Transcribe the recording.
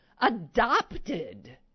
adopted